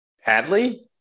hadley